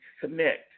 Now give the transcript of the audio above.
connect